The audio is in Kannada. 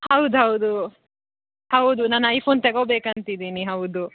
ಹೌದು ಹೌದು ಹೌದು ನಾನು ಐಫೋನ್ ತೆಗೋಬೇಕು ಅಂತ ಇದ್ದೀನಿ ಹೌದು